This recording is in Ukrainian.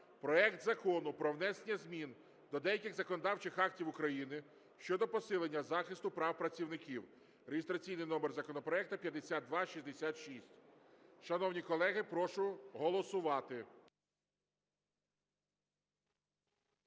проект Закону про внесення змін до деяких законодавчих актів України щодо посилення захисту прав працівників (реєстраційний номер законопроекту 5266). Шановні колеги, прошу голосувати.